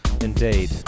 Indeed